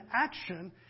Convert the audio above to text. action